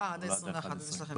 ולא עד האחד עשר.